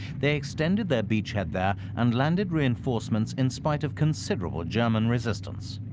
they extended their beachhead there and landed reinforcements in spite of considerable german resistance.